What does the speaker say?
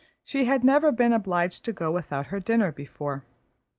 she had never been obliged to go without her dinner before.